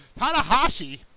Tanahashi